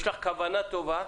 יש לך כוונה טובה,